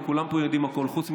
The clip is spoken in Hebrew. וכולם פה יודעים הכול חוץ,